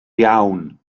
iawn